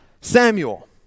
Samuel